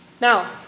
Now